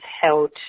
held